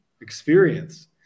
experience